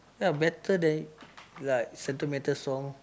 ya better than like sentimental song